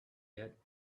yet